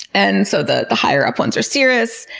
and so the the higher up ones are cirrus,